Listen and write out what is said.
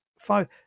five